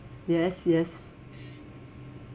yes yes